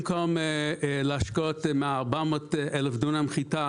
במקום להשקות מה-400 אלף דונם חיטה,